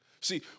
See